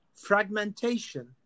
fragmentation